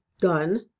done